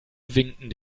winkten